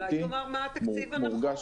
אז אולי תאמר מה התקציב הנכון.